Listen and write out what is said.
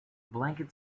blanket